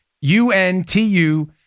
U-N-T-U